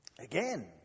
again